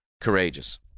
courageous